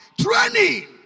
training